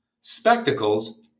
spectacles